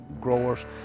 growers